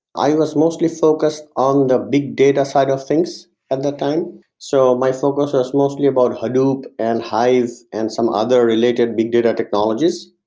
i was mostly focused on the big data side of things at the time so my focus was mostly about hadoop and hive and some other related big data technologies.